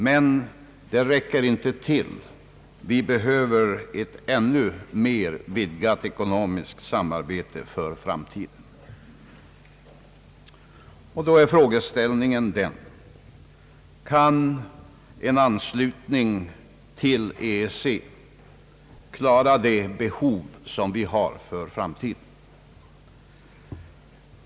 Men det räcker inte till, vi behöver i framtiden ett ännu mer vidgat ekonomiskt samarbete. Då är frågeställningen den: Kan en anslutning till EEC klara det behov som vi har för framtiden?